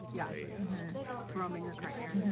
yeah throw em in your cart there.